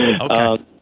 Okay